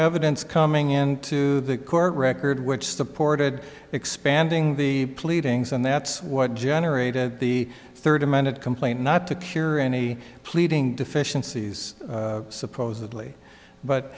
evidence coming into the court record which supported expanding the pleadings and that's what generated the third amended complaint not to cure any pleading deficiencies supposedly but